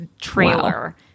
trailer